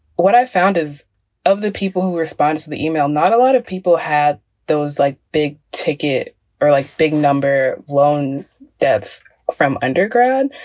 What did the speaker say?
what i found is of the people who respond to the e-mail, not a lot of people have those like big ticket or like big number blown deaths from undergrad.